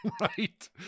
Right